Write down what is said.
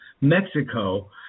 Mexico